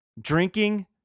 drinking